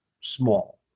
small